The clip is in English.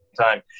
time